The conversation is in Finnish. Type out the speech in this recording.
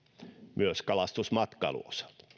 myös kalastusmatkailun osalta erityisesti